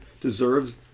deserves